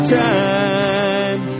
time